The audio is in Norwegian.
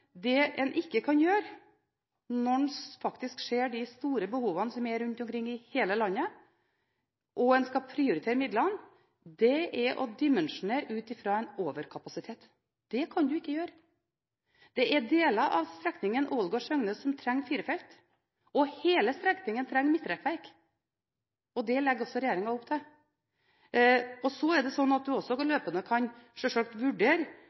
det en ikke kan gjøre når en faktisk ser de store behovene som er rundt omkring i hele landet, og en skal prioritere midlene, er å dimensjonere ut ifra en overkapasitet. Det kan en ikke gjøre. Det er deler av strekningen Ålgård–Søgne som trenger firefelt, og hele strekningen trenger midtrekkverk. Det legger regjeringen opp til. Det er også slik at en løpende kan vurdere